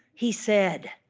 he said,